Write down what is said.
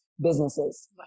businesses